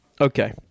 okay